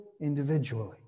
individually